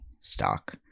stock